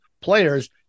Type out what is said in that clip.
players